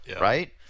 Right